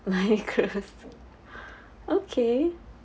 okay